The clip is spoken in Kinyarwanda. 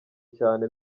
cyane